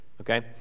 okay